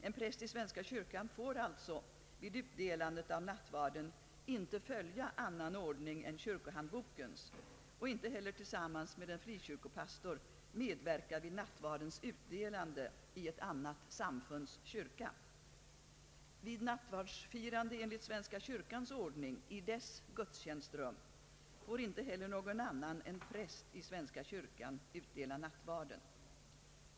En präst i svenska kyrkan får alltså vid utdelandet av nattvarden inte följa annan ordning än kyrkohandbokens och inte heller tillsammans med en frikyrkopastor medverka vid nattvardens utdelande i ett annat samfunds kyrka. Vid = nattvardsfirande enligt svenska kyrkans ordning i dess gudstjänstrum får inte heller någon annan än präst i svenska kyrkan utdela nattvarden.